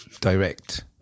direct